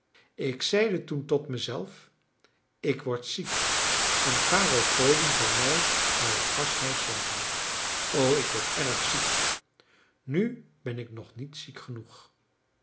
ik zeide toen tot mezelf ik word ziek en garofoli zal mij naar het gasthuis zenden o ik word erg ziek nu ben ik nog niet ziek genoeg